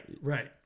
right